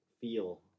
feel